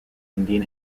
indian